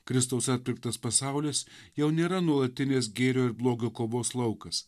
kristaus atpirktas pasaulis jau nėra nuolatinės gėrio ir blogio kovos laukas